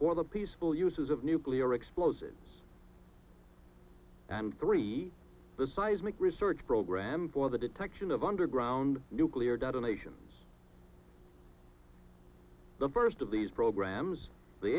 for the peaceful uses of nuclear explosives three the seismic research program for the detection of underground nuclear detonations the first of these programs the